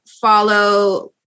follow